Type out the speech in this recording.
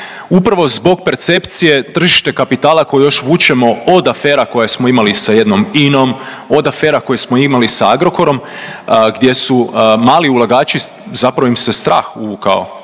upravo zbog percepcije tržište kapitala koju još vučemo od afera koje smo imali sa jednom INA-om, od afera koje smo imali sa Agrokorom gdje su mali ulagači zapravo im se strah uvukao